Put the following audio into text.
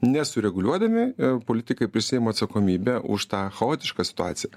nesureguliuodami politikai prisiima atsakomybę už tą chaotišką situaciją